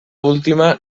última